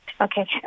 Okay